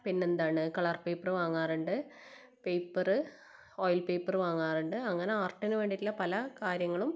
പിന്നെന്താണ് colour paper വാങ്ങാറുണ്ട് paper oil paper വാങ്ങാറുണ്ട് അങ്ങനെ ആർട്ടിന് വേണ്ടിയിട്ടുള്ള പല കാര്യങ്ങളും